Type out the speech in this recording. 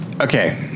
okay